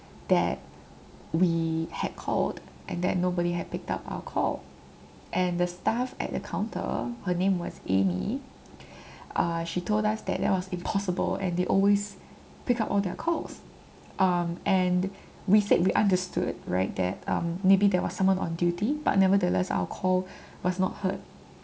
that we had called and that nobody had picked up our call and the staff at the counter her name was amy uh she told us that that was impossible and they always pick up all their calls um and we said we understood right that um maybe there was someone on duty but nevertheless our call was not heard